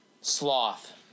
sloth